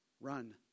Run